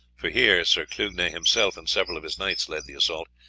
for here sir clugnet himself and several of his knights led the assault,